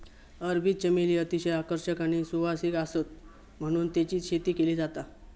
अरबी चमेली अतिशय आकर्षक आणि सुवासिक आसता म्हणून तेची शेती केली जाता